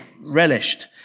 relished